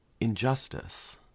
injustice